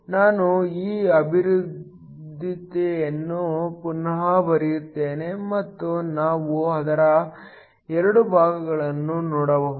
ನಾನು ಈ ಅಭಿವ್ಯಕ್ತಿಯನ್ನು ಪುನಃ ಬರೆಯುತ್ತೇನೆ ಮತ್ತು ನಾವು ಅದರ 2 ಭಾಗಗಳನ್ನು ನೋಡಬಹುದು